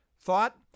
Thought